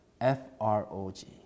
F-R-O-G